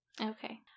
Okay